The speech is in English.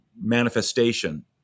manifestation